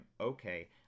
okay